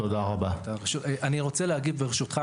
ברשותך,